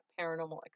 Paranormal